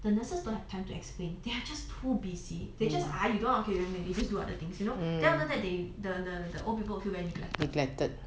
the nurses don't have time to explain they are just too busy they just ah you don't want okay then maybe you just do other things you know then after that they the the old people will feel very neglected